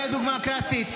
אני הדוגמה הקלאסית.